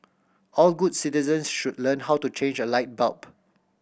all good citizen should learn how to change a light bulb